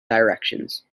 directions